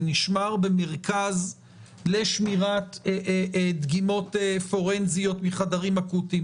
זה נשמר במרכז לשמירת דגימות פורנזיות מחדרים אקוטיים